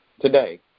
today